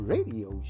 Radio